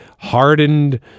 hardened